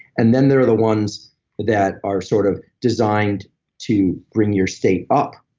and then there are the ones that are sort of designed to bring your state up.